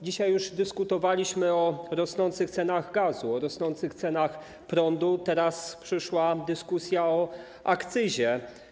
Dzisiaj już dyskutowaliśmy o rosnących cenach gazu, o rosnących cenach prądu, teraz jest dyskusja o akcyzie.